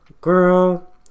girl